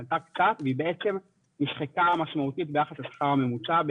היא עלתה קצת והיא בעצם נחשקה משמעותית ביחס לשכר הממוצע,